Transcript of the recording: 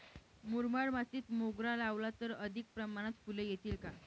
मुरमाड मातीत मोगरा लावला तर अधिक प्रमाणात फूले येतील का?